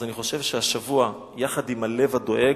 אז אני חושב שהשבוע, יחד עם הלב הדואג,